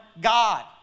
God